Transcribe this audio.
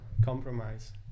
Compromise